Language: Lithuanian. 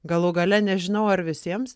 galų gale nežinau ar visiems